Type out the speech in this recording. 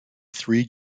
three